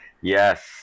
Yes